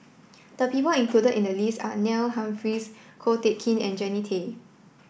the people included in the list are Neil Humphreys Ko Teck Kin and Jannie Tay